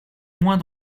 moins